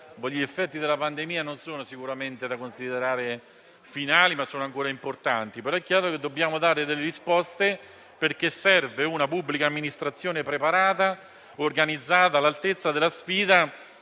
gli effetti della pandemia non sono sicuramente da considerare esauriti, ma sono ancora importanti. È chiaro che dobbiamo dare delle risposte perché serve una pubblica amministrazione preparata, organizzata, all'altezza della sfida